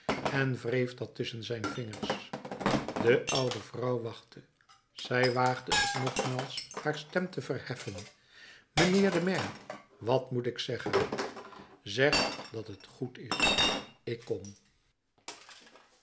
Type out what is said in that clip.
en wreef dat tusschen zijn vingers de oude vrouw wachtte zij waagde het nogmaals haar stem te verheffen mijnheer de maire wat moet ik zeggen zeg dat het goed is ik kom